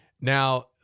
Now